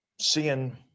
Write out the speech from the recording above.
seeing